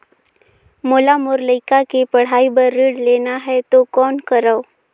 मोला मोर लइका के पढ़ाई बर ऋण लेना है तो कौन करव?